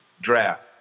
draft